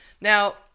Now